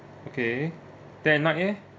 okay they're not eh